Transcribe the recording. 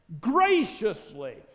graciously